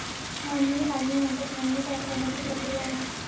मळणी ही काढणीनंतर धान्य तयार करण्याची प्रक्रिया आहे